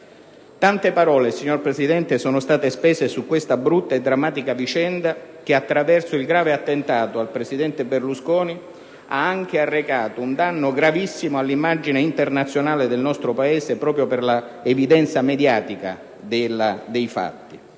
Tante parole sono state spese su questa brutta e drammatica vicenda che, attraverso il grave attentato al presidente Berlusconi, ha anche arrecato un danno gravissimo all'immagine internazionale del nostro Paese, proprio per l'evidenza mediatica dei fatti.